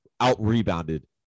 out-rebounded